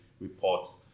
reports